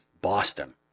Boston